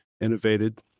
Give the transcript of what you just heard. innovated